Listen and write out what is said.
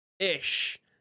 ish